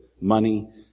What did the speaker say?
money